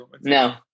no